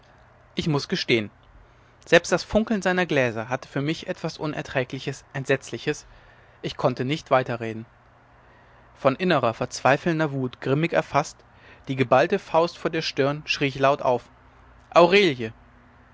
ich muß gestehen selbst das funkeln seiner gläser hatte für mich etwas unerträgliches entsetzliches ich konnte nicht weiterreden von innerer verzweifelnder wut grimmig erfaßt die geballte faust vor der stirn schrie ich laut auf aurelie